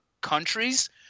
countries